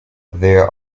there